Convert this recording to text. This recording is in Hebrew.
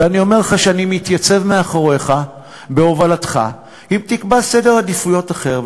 ואני אומר לך שאני מתייצב מאחוריך בהובלתך אם תקבע סדר עדיפויות אחר,